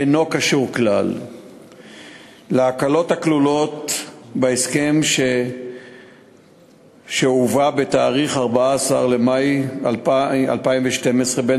אינו קשור כלל להקלות הכלולות בהסכם שהובא ביום 14 במאי 2012 בין